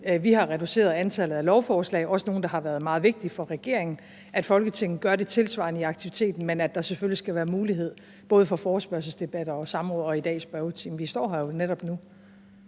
vi har reduceret antallet af lovforslag, også nogle, der har været meget vigtige for regeringen, og at Folketinget gør det tilsvarende i aktiviteten, men at der selvfølgelig skal være mulighed både for forespørgselsdebatter og samråd og – som i dag – spørgetimen. Vi står her jo netop nu.